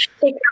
take